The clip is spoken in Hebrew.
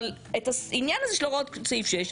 אבל את העניין הזה של הוראות סעיף 6,